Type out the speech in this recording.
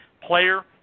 player